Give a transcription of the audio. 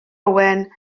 owen